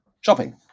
shopping